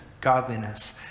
godliness